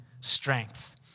strength